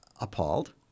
appalled